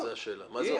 זו השאלה.